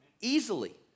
easily